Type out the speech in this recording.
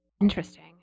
Interesting